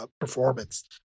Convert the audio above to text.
performance